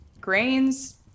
grains